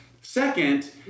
Second